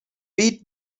pete